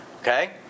Okay